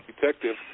detective